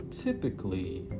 typically